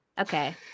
Okay